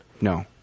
No